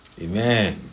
Amen